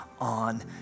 on